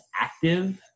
active